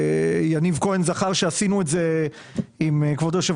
שיניב כהן זכר שעשינו את זה עם כבוד היושב